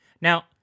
Now